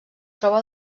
troba